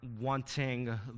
wanting